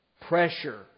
pressure